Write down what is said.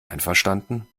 einverstanden